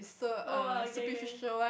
!wah! okay okay